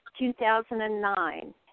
2009